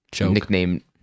nickname